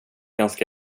ganska